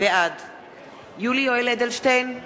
בעד יולי יואל אדלשטיין,